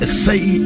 say